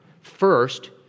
First